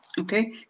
okay